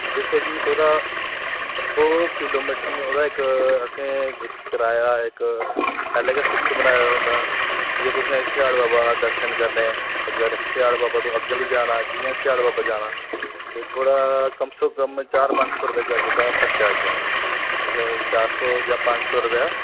दिक्खो जी ओह्दा ओह् किलोमिटर नी ओह्दा असें इक कराया इक पैहलें गै फिक्स बनाए दा होंदा ऐ जे तुसें स्याढ़ बाबा दर्शन करने अगर स्याढ़ बाबा तूं अग्गै बी जाना जियां स्याढ़ बाबा जाना थुआढ़ा कम से कम चार पंज सौ दा खर्चा आई जाना तुसें चार सौ जां पंज सौ रपया